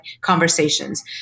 conversations